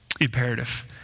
imperative